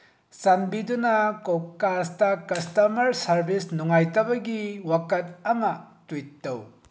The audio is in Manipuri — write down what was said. ꯆꯥꯟꯕꯤꯗꯨꯅ ꯀꯣꯝꯀꯥꯁꯇ ꯀꯁꯇꯃꯔ ꯁꯔꯚꯤꯁ ꯅꯨꯡꯉꯥꯏꯇꯕꯒꯤ ꯋꯥꯀꯠ ꯑꯃ ꯇ꯭ꯋꯤꯠ ꯇꯧ